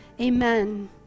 amen